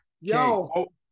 Yo